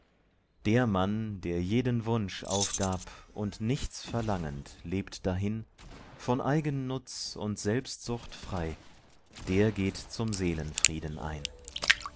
der mann der jeden wunsch aufgab und nichts verlangend lebt dahin von eigennutz und selbstsucht frei der geht zum seelenfrieden ein